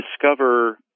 discover